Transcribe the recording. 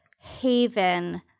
haven